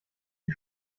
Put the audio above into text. die